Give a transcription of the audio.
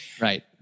right